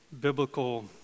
biblical